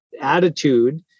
attitude